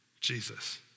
Jesus